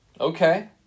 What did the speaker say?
Okay